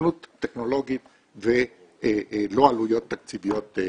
היתכנות טכנולוגית ולא עלויות תקציביות גבוהות.